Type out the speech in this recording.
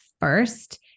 first